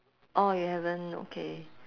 orh you haven't okay